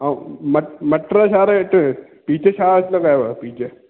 ऐं म मटर छा रेट पीज़ छा अघु लॻायो अथव पीज़